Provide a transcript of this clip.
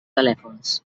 telèfons